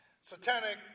Satanic